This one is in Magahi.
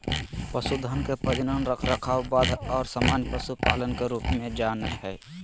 पशुधन के प्रजनन, रखरखाव, वध और सामान्य पशुपालन के रूप में जा नयय हइ